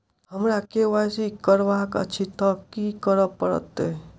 हमरा केँ Y C करेवाक अछि तऽ की करऽ पड़तै?